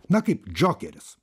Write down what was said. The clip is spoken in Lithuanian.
na kaip džokeris